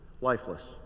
lifeless